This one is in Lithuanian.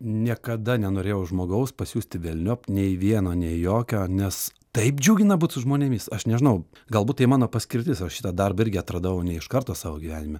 niekada nenorėjau žmogaus pasiųsti velniop nei vieno nei jokio nes taip džiugina būt su žmonėmis aš nežinau galbūt tai mano paskirtis aš šitą darbą irgi atradau ne iš karto savo gyvenime